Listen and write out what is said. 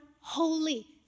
holy